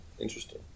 interesting